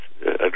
address